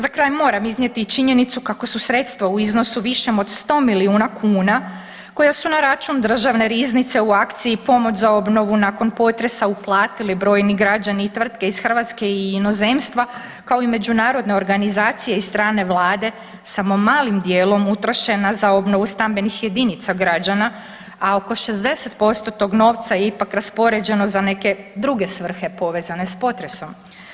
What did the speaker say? Za kraj moram iznijeti i činjenicu kako su sredstva u iznosu višem od 100 milijuna kuna koja su na račun Državne riznice u akciji pomoć za obnovu nakon potresa uplatili brojni građani i tvrtke iz Hrvatske i inozemstva kao i međunarodne organizacije i strane vlade samo malim dijelom utrošena za obnovu stambenih jedinica građana, a oko 60% tog novca je ipak raspoređeno za neke druge svrhe povezane s potresom.